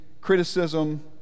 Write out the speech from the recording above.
criticism